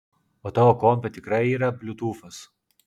o tavo kompe tikrai yra bliutūfas